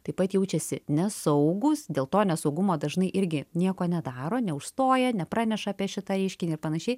taip pat jaučiasi nesaugūs dėl to nesaugumo dažnai irgi nieko nedaro neužstoja nepraneša apie šitą reiškinį ir panašiai